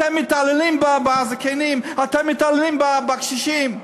אתם מתעללים בזקנים, אתם מתעללים בקשישים,